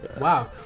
Wow